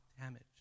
damage